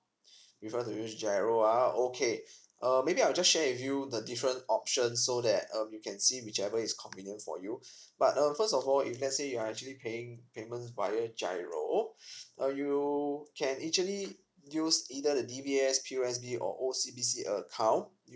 prefer to use giro ah okay uh maybe I will just share with you the different options so that um you can see whichever is convenient for you but uh first of all if let's say you are actually paying payment via giro uh you can actually use either the D B S P O S B or O C B C account